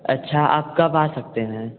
अच्छा आप कब आ सकते हैं